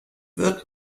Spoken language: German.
wird